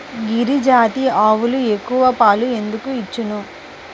గిరిజాతి ఆవులు ఎక్కువ పాలు ఎందుకు ఇచ్చును?